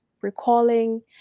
recalling